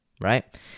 right